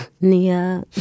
Nia